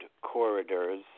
corridors